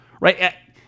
right